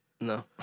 No